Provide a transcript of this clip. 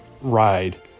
ride